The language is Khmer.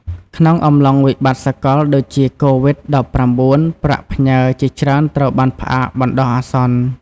ក្នុងអំឡុងវិបត្តិសកលដូចជា កូវីដ-១៩ ប្រាក់ផ្ញើជាច្រើនត្រូវបានផ្អាកបណ្តោះអាសន្ន។